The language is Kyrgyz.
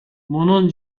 мунун